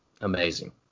amazing